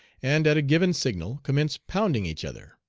and at a given signal commence pounding each other.